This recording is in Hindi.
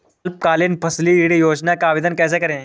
अल्पकालीन फसली ऋण योजना का आवेदन कैसे करें?